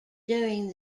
during